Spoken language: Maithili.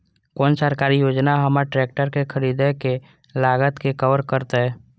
कोन सरकारी योजना हमर ट्रेकटर के खरीदय के लागत के कवर करतय?